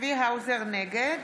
צבי האוזר, נגד